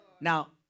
Now